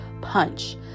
punch